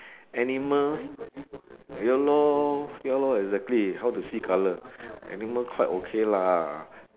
animal ya lor ya lor exactly how to see colour animal quite okay lah